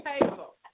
table